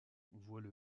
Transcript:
voient